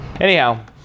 Anyhow